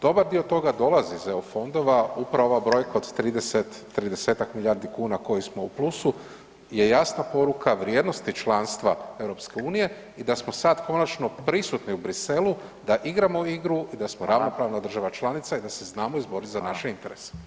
Dobar dio toga dolazi iz eu fondova, upravo ova brojka od 30-ak milijardi koji smo u plusu je jasna poruka vrijednosti članstva EU i da smo sad konačno prisutni u Bruxellesu da igramo igru i da smo ravnopravna država članica i da se znamo izboriti za naše interese.